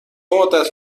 مدت